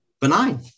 benign